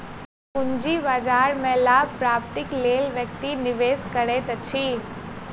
पूंजी बाजार में लाभ प्राप्तिक लेल व्यक्ति निवेश करैत अछि